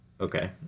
Okay